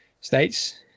states